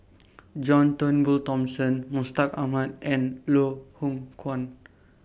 John Turnbull Thomson Mustaq Ahmad and Loh Hoong Kwan